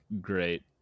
great